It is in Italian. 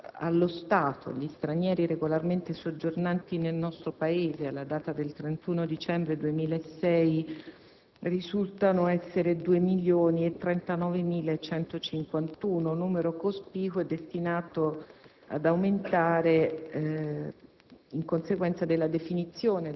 che allo stato gli stranieri regolarmente soggiornanti nel nostro Paese, alla data del 31 dicembre 2006, risultano essere 2.039.151, numero cospicuo e destinato ad aumentare